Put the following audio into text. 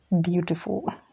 beautiful